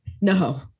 No